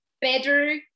better